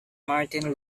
martin